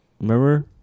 Remember